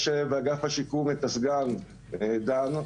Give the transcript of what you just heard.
יש באגף השיקום את הסגן דן,